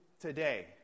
today